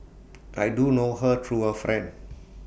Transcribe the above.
I do know her through A friend